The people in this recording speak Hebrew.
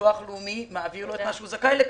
שהביטוח הלאומי מעביר לו את מה שהוא זכאי לקבל.